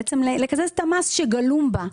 בעצם לקזז את המס שגלום בה,